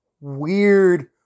weird